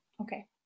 okay